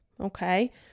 Okay